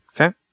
Okay